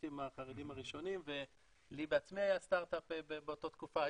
הסטארט-אפיסטים החרדים הראשונים ולי בעצמי היה סטארט אפ באותה תקופה,